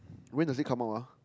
when does it come out ah